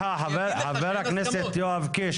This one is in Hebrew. חבר הכנסת יואב קיש,